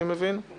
אני מבין;